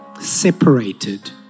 separated